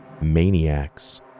maniacs